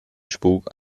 spuk